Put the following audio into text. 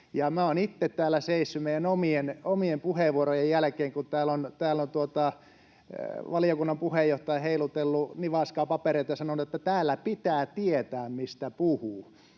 olen itse täällä seissyt meidän omien puheenvuorojemme takana, kun täällä on valiokunnan puheenjohtaja heilutellut nivaskaa papereita ja sanonut, että täällä pitää tietää, mistä puhuu.